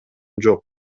жок